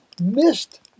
missed